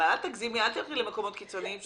אבל אל תגזימי ותרדי למקומות קיצוניים,